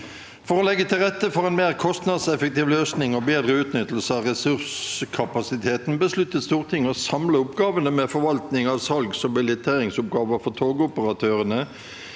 For å legge til rette for en mer kostnadseffektiv løsning og bedre utnyttelse av ressurskapasiteten besluttet Stortinget å samle oppgavene med forvaltning av salgsog billetteringsoppgaver for togoperatørene,